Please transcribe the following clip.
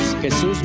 Jesús